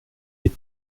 est